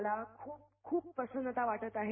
मला खूप खूप प्रसन्नता वाटत आहे